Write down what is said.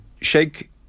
Sheikh